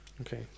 Okay